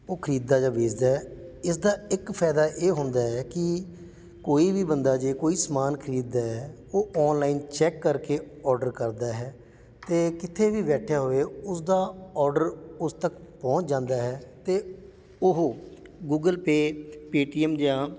ਉਹ ਖਰੀਦਦਾ ਜਾਂ ਵੇਚਦਾ ਹੈ ਇਸਦਾ ਇੱਕ ਫਾਇਦਾ ਇਹ ਹੁੰਦਾ ਹੈ ਕਿ ਕੋਈ ਵੀ ਬੰਦਾ ਜੇ ਕੋਈ ਸਮਾਨ ਖਰੀਦਦਾ ਉਹ ਔਨਲਾਈਨ ਚੈੱਕ ਕਰਕੇ ਔਡਰ ਕਰਦਾ ਹੈ ਅਤੇ ਕਿਤੇ ਵੀ ਬੈਠਾ ਹੋਵੇ ਉਸਦਾ ਔਡਰ ਉਸ ਤੱਕ ਪਹੁੰਚ ਜਾਂਦਾ ਹੈ ਅਤੇ ਉਹ ਗੂਗਲ ਪੇਅ ਪੇਟੀਐੱਮ ਜਾਂ